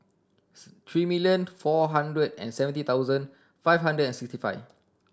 three million four hundred and seventy thousand five hundred and sixty five